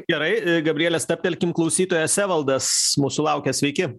gerai gabriele stabtelkim klausytojas evaldas mūsų laukia sveiki